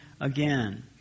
again